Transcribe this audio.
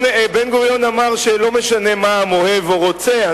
בן-גוריון אמר שלא משנה מה העם אוהב או רוצה,